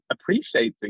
appreciating